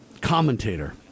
commentator